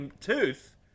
tooth